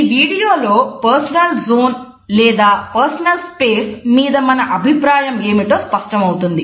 ఈ వీడియోలో సూచిస్తున్నారు